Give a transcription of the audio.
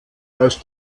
aus